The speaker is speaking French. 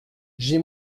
j’ai